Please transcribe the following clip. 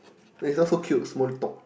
eh this one so cute small talk